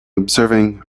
observing